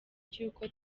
cy’uko